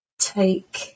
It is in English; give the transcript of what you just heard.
take